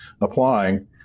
applying